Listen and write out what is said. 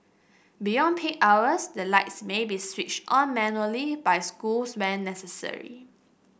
beyond peak hours the lights may be switched on manually by schools when necessary